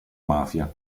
mafia